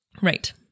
Right